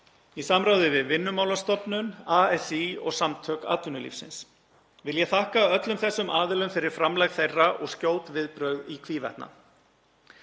í samráði við Vinnumálastofnun, ASÍ og Samtök atvinnulífsins. Vil ég þakka öllum þessum aðilum fyrir framlag þeirra og skjót viðbrögð í hvívetna.